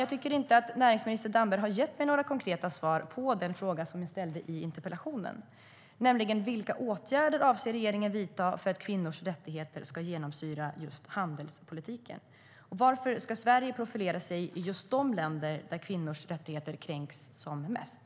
Jag tycker inte att näringsminister Damberg har gett mig några konkreta svar på de frågor som jag ställde i interpellationen, nämligen vilka åtgärder regeringen avser att vidta för att kvinnors rättigheter ska genomsyra just handelspolitiken och varför Sverige ska profilera sig i just de länder där kvinnors rättigheter kränks som mest.